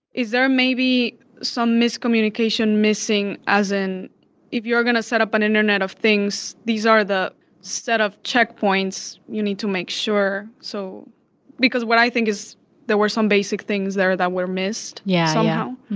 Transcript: is there may be some miscommunication missing as in if you are going to set up an internet of things, these are the set of check points you need to make sure so because what i think is there were some basic things there that were missed yeah somehow.